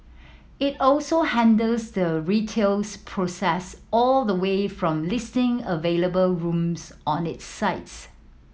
it also handles the retails process all the way from listing available rooms on its sites